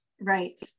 right